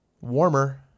warmer